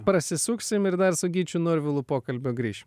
prasisuksim ir dar su gyčiu norvilu pokalbio grįšim